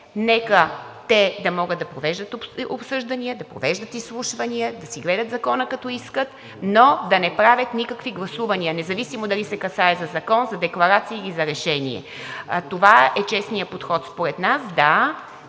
нека да могат да провеждат обсъждания, да провеждат изслушвания и да си гледат закона, ако искат, но да не правят никакви гласувания – независимо дали се касае за закон, за декларация или за решение. Това е честният подход според нас.